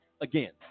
again